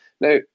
Now